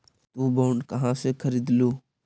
तु बॉन्ड कहा से खरीदलू?